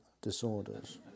disorders